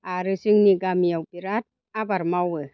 आरो जोंनि गामियाव बिराद आबाद मावो